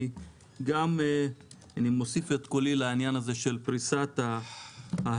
אני גם מוסיף את קולי לעניין הזה של פריסת ההחזר.